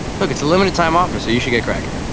look, it's a limited time, officer. you should get cracking.